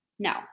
No